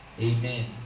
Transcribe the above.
Amen